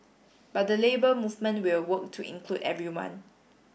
but the Labour Movement will work to include everyone